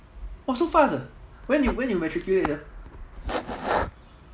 !wah! so fast ah when you when you matriculate ah